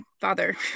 father